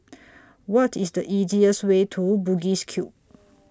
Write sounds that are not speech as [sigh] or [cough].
[noise] What IS The easiest Way to Bugis Cube